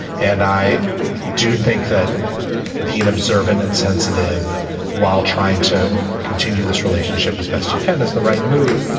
and i do think that being observant and sensitive while trying to continue this relationship as best you can is the right move.